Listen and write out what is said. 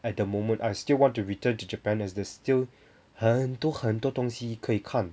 at the moment I still want to return to japan as there's still 很多很多东西可以看